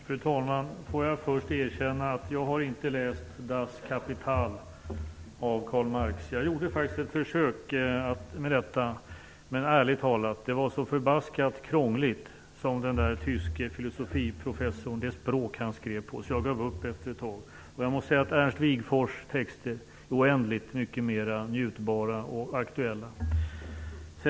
Fru talman! Får jag först erkänna att jag inte har läst Das Kapital av Karl Marx. Jag gjorde faktiskt ett försök att göra det. Men, ärligt talat, var det språk som den där tyske filosofiprofessorn skrev på så förbaskat krångligt att jag gav upp efter ett tag. Jag måste säga att Ernst Wigforss texter är oändligt mycket mer njutbara och aktuella.